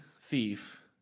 thief